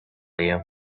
you